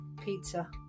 pizza